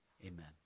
amen